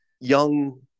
young